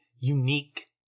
unique